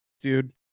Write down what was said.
dude